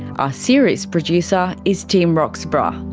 our series producer is tim roxburgh, ah